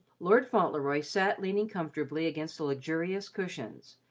lord fauntleroy sat leaning comfortably against the luxurious cushions,